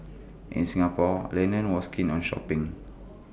in Singapore Lennon was keen on shopping